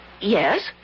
Yes